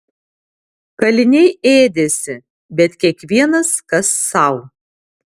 kaliniai ėdėsi bet kiekvienas kas sau